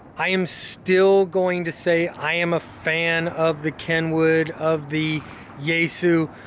i am still going to say i am a fan of the kenwood, of the yaesu,